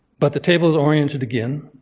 but the table is oriented again